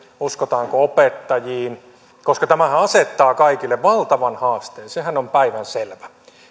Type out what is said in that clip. uskotaanko opettajiin tämähän asettaa kaikille valtavan haasteen sehän on päivänselvää